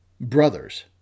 Brothers